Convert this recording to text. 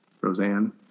Roseanne